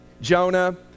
Jonah